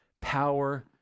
power